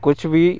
कुछ भी